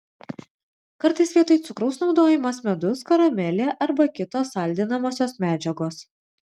kartais vietoj cukraus naudojamas medus karamelė arba kitos saldinamosios medžiagos